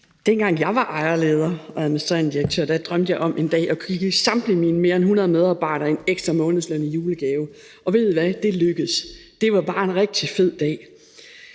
Dengang jeg var ejerleder og administrerende direktør, drømte jeg om en dag at kunne give samtlige mine mere end 100 medarbejdere en ekstra månedsløn i julegave, og ved I hvad? Det lykkedes, og det var bare en rigtig fed dag.